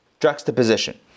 Juxtaposition